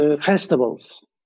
festivals